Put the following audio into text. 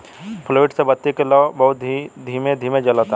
fluid से बत्ती के लौं बहुत ही धीमे धीमे जलता